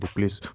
Please